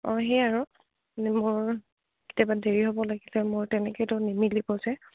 অঁ সেয়া আৰু মানে মোৰ কেতিয়াবা দেৰি হ'ব লাগিলে মোৰ তেনেকেতো নিমিলিব যে